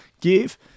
Give